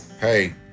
hey